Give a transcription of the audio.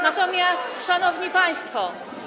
Natomiast, szanowni państwo.